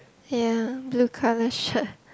ya blue colour shirt